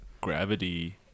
gravity